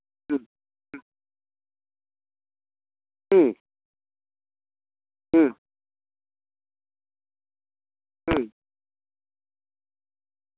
ᱦᱩᱸ ᱦᱩᱸ ᱦᱩᱸ ᱦᱩᱸ ᱦᱩᱸ